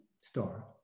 star